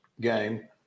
game